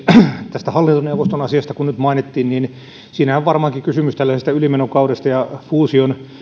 tästä hallintoneuvoston asiasta kun nyt mainittiin niin siinä on varmaankin kysymys tällaisesta ylimenokaudesta ja fuusion